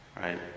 right